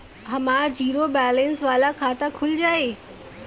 हमार zero balance वाला खाता खुल जाई?